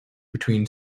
between